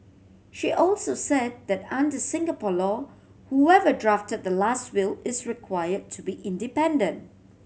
she also said that under Singapore law whoever drafted the last will is required to be independent